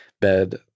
bed